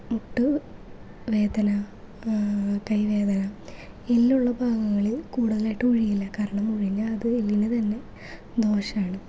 മുട്ട് വേദന കൈ വേദന എല്ലുള്ള ഭാഗങ്ങളിൽ കൂടുതലായിട്ടും ഉഴിയില്ല കാരണം ഉഴിഞ്ഞാൽ അത് എല്ലിന് തന്നെ ദോഷമാണ്